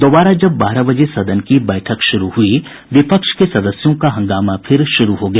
दोबारा जब बारह बजे सदन की बैठक शुरू हुई विपक्ष के सदस्यों का हंगामा फिर शुरू हो गया